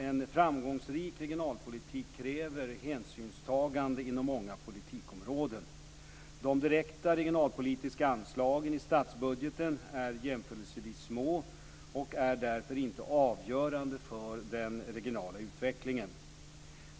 En framgångsrik regionalpolitik kräver hänsynstaganden inom många politikområden. De direkta regionalpolitiska anslagen i statsbudgeten är jämförelsevis små och är därför inte avgörande för den regionala utvecklingen.